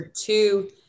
Two